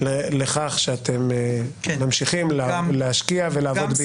לכך שאתם ממשיכים להשקיע ולעבוד בישראל.